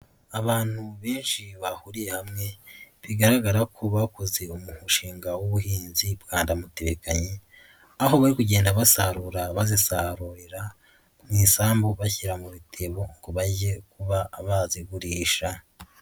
Abantu benshi bahuriye hamwe bigaragara ko bakoze umushinga w'ubuhinzi bwa ndamutibikanye, aho bari kugenda basarura bazisarurira mu isambu bashyira mu bitebo ngo bajye kuba bazigurisha.